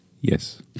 Yes